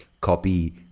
copy